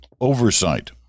Oversight